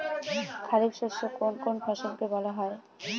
খারিফ শস্য কোন কোন ফসলকে বলা হয়?